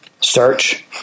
Search